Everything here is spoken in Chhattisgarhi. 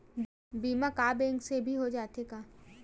बीमा का बैंक से भी हो जाथे का?